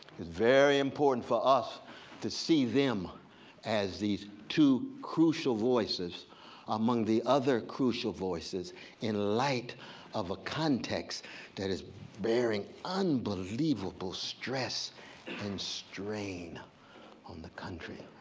it's very important for us to see them as these two crucial voices among the other crucial voices in light of a context that is baring unbelievable stress and strain on the country.